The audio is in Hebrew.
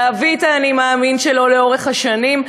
להביא את ה"אני מאמין" שלו לאורך השנים,